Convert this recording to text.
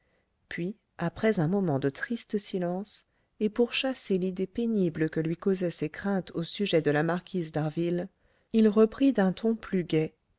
puis après un moment de triste silence et pour chasser l'idée pénible que lui causaient ses craintes au sujet de la marquise harville il reprit d'un ton plus gai